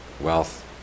wealth